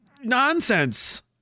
nonsense